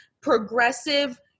progressive